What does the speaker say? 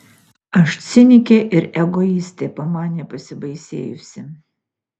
aš cinikė ir egoistė pamanė pasibaisėjusi